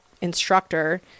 instructor